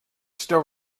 still